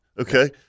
okay